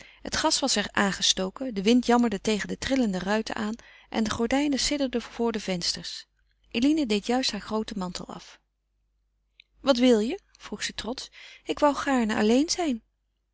het gas was er aangestoken de wind jammerde tegen de trillende ruiten aan en de gordijnen sidderden voor de vensters eline deed juist haar grooten mantel af wat wil je vroeg ze trotsch ik wou gaarne alleen zijn